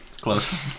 Close